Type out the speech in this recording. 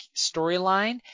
storyline